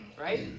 right